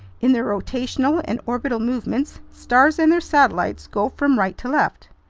in their rotational and orbital movements, stars and their satellites go from right to left.